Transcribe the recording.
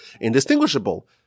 indistinguishable